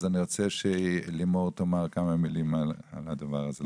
אני רוצה שלימור תאמר כמה מילים על הדבר הזה,